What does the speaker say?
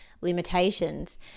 limitations